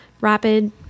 rapid